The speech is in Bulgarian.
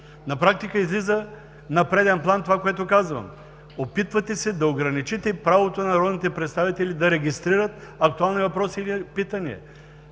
На практика излиза на преден план това, което казвам, опитвате се да ограничите правото на народните представители да регистрират актуални въпроси или питания.